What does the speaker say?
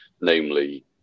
namely